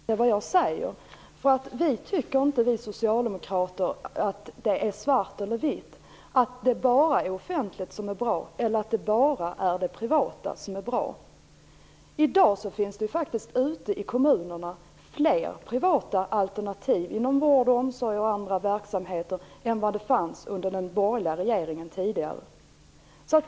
Fru talman! Jag kan förstå att Christer Eirefelt har litet svårt att förstå vad jag säger. Vi socialdemokrater tycker nämligen inte att det är svart eller vitt, att det bara är det offentliga som är bra eller att det bara är det privata som är bra. I dag finns det faktiskt fler privata alternativ inom vård och omsorg och andra verksamheter ute i kommunerna än vad det fanns under den borgerliga regeringens tid.